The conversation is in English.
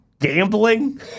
Gambling